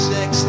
Six